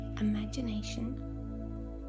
imagination